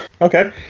Okay